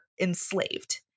enslaved